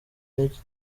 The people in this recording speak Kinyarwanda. n’iki